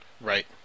Right